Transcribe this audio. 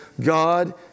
God